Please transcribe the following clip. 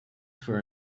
for